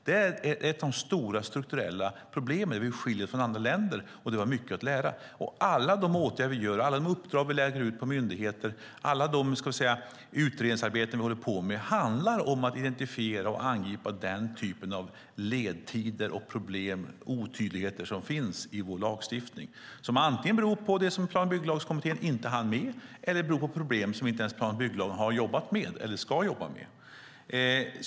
Det är ett av de stora strukturella problemen där vi skiljer oss från andra länder och har mycket att lära. Alla de åtgärder vi vidtar, alla uppdrag vi lägger ut på myndigheter och alla utredningsarbeten vi håller på med handlar om att identifiera och angripa den typen av ledtider, problem och otydligheter som finns i vår lagstiftning. De beror antingen på det som Plan och bygglagskommittén inte hann med eller på problem som plan och bygglagen inte har jobbat med eller ska jobba med.